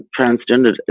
transgender